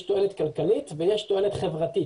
יש תועלת כלכלית ויש תועלת חברתית.